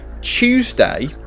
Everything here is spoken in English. Tuesday